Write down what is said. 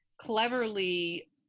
cleverly